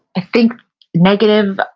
i think negative,